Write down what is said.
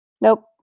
Nope